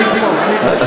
אני אגמור, אני אגמור, שלי.